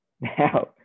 now